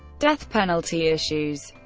death penalty issues